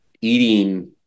eating